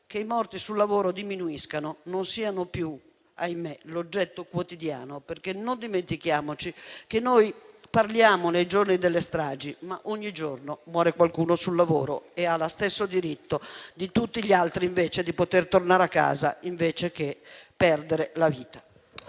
che i morti sul lavoro diminuiscano e non siano più - ahimè - l'oggetto quotidiano delle notizie, perché non dimentichiamoci che noi parliamo nei giorni delle stragi, ma ogni giorno muore qualcuno sul lavoro e quel qualcuno ha lo stesso diritto di tutti gli altri di poter tornare a casa, invece che perdere la vita.